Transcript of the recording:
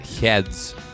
Heads